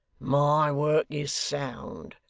my work, is sound,